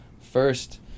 first